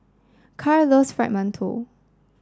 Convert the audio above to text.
Carl loves Fried Mantou